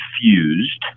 fused